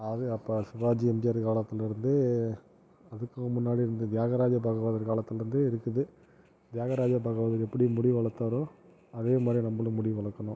அது அப்போ சிவாஜி எம்ஜிஆர் காலத்துலேருந்து அதுக்கு முன்னாடி இருந்து தியாகராஜ பாகவதர் காலத்துலேருந்தே இருக்குது தியாகராஜ பாகவதர் எப்படி முடி வளர்த்தாரோ அதேமாதிரி நம்மளும் முடி வளர்க்கணும்